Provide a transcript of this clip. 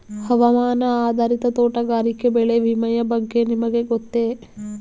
ಹವಾಮಾನ ಆಧಾರಿತ ತೋಟಗಾರಿಕೆ ಬೆಳೆ ವಿಮೆಯ ಬಗ್ಗೆ ನಿಮಗೆ ಗೊತ್ತೇ?